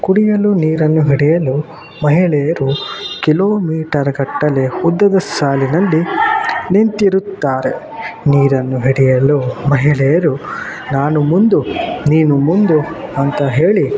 ಕುಡಿಯಲು ನೀರನ್ನು ಹಿಡಿಯಲು ಮಹಿಳೆಯರು ಕಿಲೋಮೀಟರ್ ಗಟ್ಟಲೆ ಉದ್ದದ ಸಾಲಿನಲ್ಲಿ ನಿಂತಿರುತ್ತಾರೆ ನೀರನ್ನು ಹಿಡಿಯಲು ಮಹಿಳೆಯರು ನಾನು ಮುಂದು ನೀನು ಮುಂದು ಅಂತ ಹೇಳಿ